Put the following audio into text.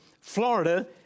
Florida